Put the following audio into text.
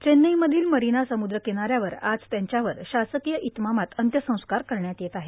चेन्नईमधील मरिना समुद्र किनाऱ्यावर आज त्यांच्यावर शासकीय इतमामात अंत्यसंस्कार करण्यात येत आहेत